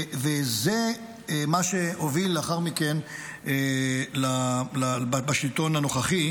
וזה מה שהוביל לאחר מכן בשלטון הנוכחי